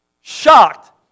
shocked